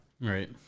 Right